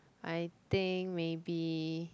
I think maybe